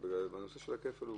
הנושא של הכפל הוא